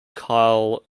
kyle